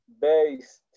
based